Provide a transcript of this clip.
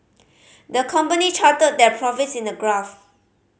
the company charted their profits in a graph